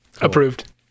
Approved